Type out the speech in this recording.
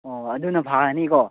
ꯑꯣ ꯑꯗꯨꯅ ꯐꯒꯅꯤꯀꯣ